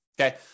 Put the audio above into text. Okay